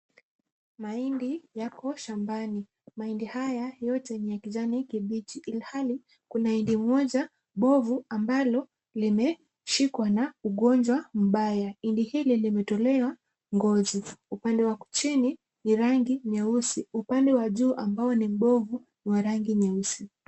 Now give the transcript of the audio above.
Mahindi yako shambani. Mahindi haya yote ni ya kijani kibichi ilhali kuna hindi moja bovu ambalo limeshikwa na ugonjwa mbaya. Hindi hili limetolewa ngozi. Upande wa chini ni rangi nyeusi, upande wa juu ambao ni bovu ni wa rangi nyeusi.